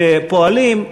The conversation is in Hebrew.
שפועלים,